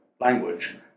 language